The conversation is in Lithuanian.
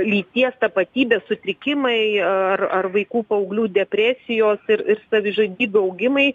lyties tapatybės sutrikimai ar ar vaikų paauglių depresijos ir savižudybių augimai